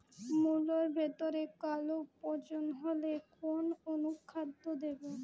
মুলোর ভেতরে কালো পচন হলে কোন অনুখাদ্য দেবো?